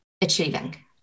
achieving